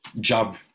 job